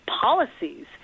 policies